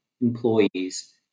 employees